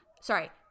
sorry